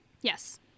Yes